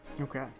okay